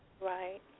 Right